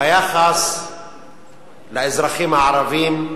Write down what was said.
ביחס לאזרחים הערבים.